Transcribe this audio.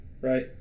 Right